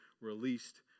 released